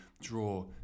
draw